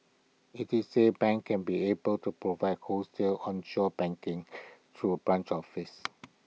IT is say banks can be able to provide wholesale onshore banking through A branch office